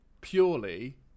Purely